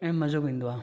ऐं मज़ो बि ईंदो आहे